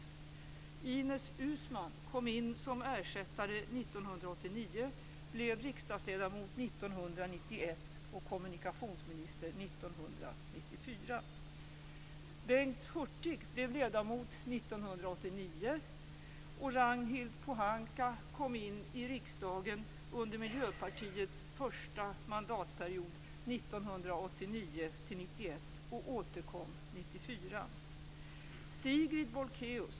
Ines Uusmann kom in som ersättare 1989, blev riksdagsledamot 1991 och kommunikationsminister 1994.